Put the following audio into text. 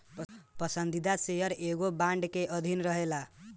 पसंदीदा शेयर एगो बांड के अधीन रहेला